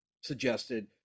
suggested